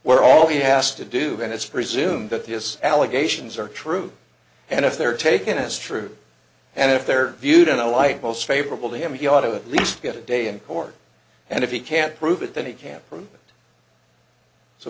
where all he has to do and it's presumed that this allegations are true and if they're taken as true and if they're viewed in a light most favorable to him he ought to at least get a day in court and if he can't prove it then he can't